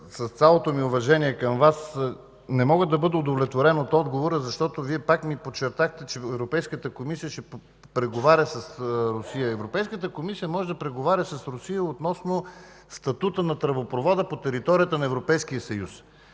с цялото ми уважение към Вас, не мога да бъда удовлетворен от отговора, защото Вие пак подчертахте, че Европейската комисия ще преговаря с Русия. Европейската комисия може да преговаря с Русия относно статута на тръбопровода по територията на Европейския съюз.